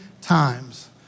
times